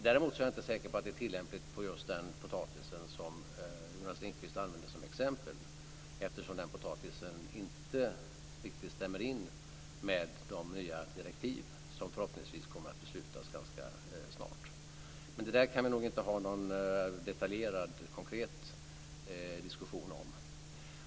Däremot är jag inte säker på att det är tillämpligt på just den potatis som Jonas Ringqvist använde som exempel, eftersom den potatisen inte riktigt stämmer med de nya direktiv som förhoppningsvis kommer att beslutas ganska snart. Men detta kan vi nog inte ha någon detaljerad, konkret diskussion om.